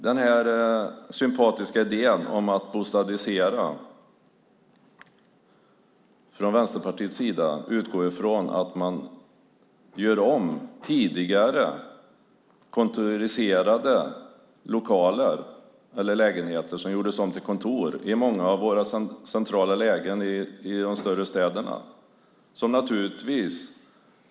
Den sympatiska idén från Vänsterpartiet om att bostadisera utgår ifrån att man gör om tidigare kontoriserade lokaler, lägenheter som gjordes om till kontor, i centrala lägen i de större städerna.